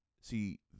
see